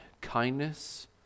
kindness